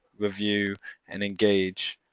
review and engage,